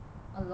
a lot